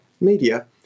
media